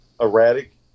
erratic